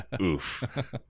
Oof